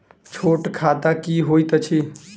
छोट खाता की होइत अछि